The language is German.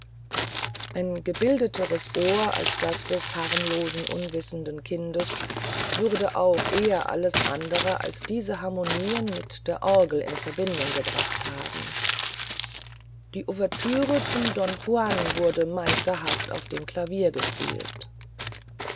ein gebildeteres ohr als das des harmlosen unwissenden kindes würde auch eher alles andere als diese harmonien mit der orgel in verbindung gebracht haben die ouvertüre zum don juan wurde meisterhaft auf dem klavier gespielt